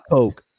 Coke